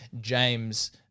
James